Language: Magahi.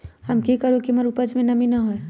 हम की करू की हमर उपज में नमी न होए?